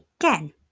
again